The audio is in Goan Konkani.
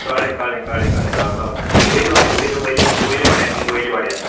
कळ्ळें कळ्ळें कळ्ळें कळ्ळें रामबाब वयलें वयलें वयलें वयलें वाड्यार न्हय वयलें वाड्यार